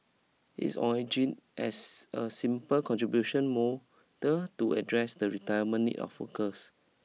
it originated as a simple contribution model to address the retirement need of workers